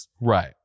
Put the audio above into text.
Right